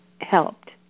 helped